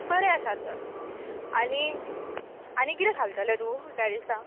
बरें आसा तर आनी आनी किरें घालतलें तूं त्या दिसा